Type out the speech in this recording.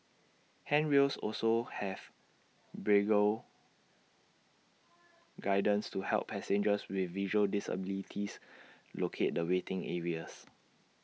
handrails also have braille guidance to help passengers with visual disabilities locate the waiting areas